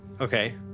Okay